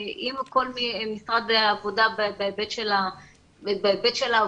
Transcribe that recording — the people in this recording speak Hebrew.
עם משרד העבודה בהיבט של העבודה,